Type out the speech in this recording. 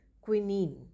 quinine